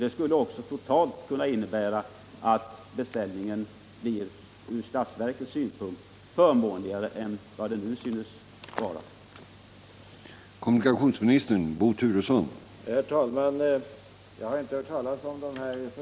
Det skulle totalt sett kunna innebära att bygget blir förmånligare ur statsverkets synpunkt än vad det nu synes vara.